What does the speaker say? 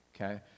okay